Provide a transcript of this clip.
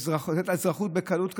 נותנת אזרחות בקלות כזאת.